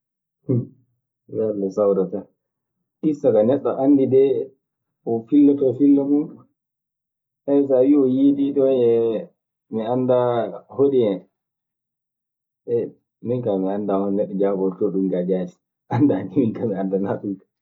ngalla sawara saa, gissa ka neɗɗo anndi deh fillotoo filla muuɗum. Sabi so a wi'i o yiidii er mi anndaa o hoɗu hen. Mi anndaa hono neɗɗo jaabortoo ɗum kaa jaati mi kaa mi anndaana ɗum.